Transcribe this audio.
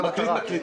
לאיזו מטרה?